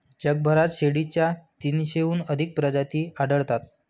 जगभरात शेळीच्या तीनशेहून अधिक प्रजाती आढळतात